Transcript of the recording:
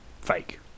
fake